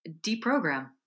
deprogram